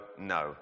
no